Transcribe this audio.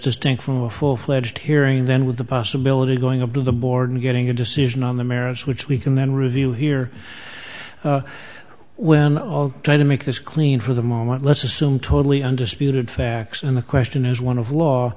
distinct from a full fledged hearing then with the possibility of going up to the board and getting a decision on the merits which we can then review here when all try to make this clean for the moment let's assume totally undisputed facts and the question is one of law